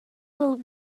will